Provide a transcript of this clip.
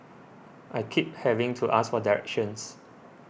I keep having to ask for directions